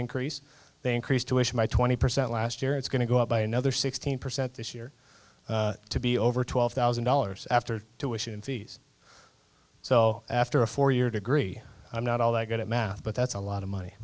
increase they increase tuition by twenty percent last year it's going to go up by another sixteen percent this year to be over twelve thousand dollars after two issue and fees so after a four year degree i'm not all that good at math but that's a lot of money